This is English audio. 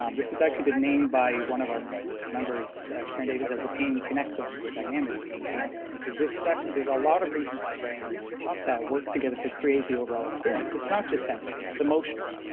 um this has actually been named by one of our members, karen davis, as the pain connectome with a dynamic pain connectome because this is actually, there's a lot of regions in the brain that work together to create the overall experience. it's not just sensory, it's emotional.